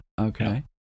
Okay